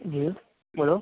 જી બોલો